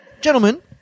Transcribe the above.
Gentlemen